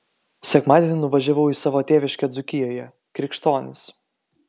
sekmadienį nuvažiavau į savo tėviškę dzūkijoje krikštonis